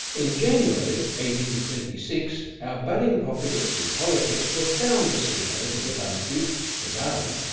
in january, eighteen thirty six our budding populace and politics were bound to seem a little bit uncouth to darwin,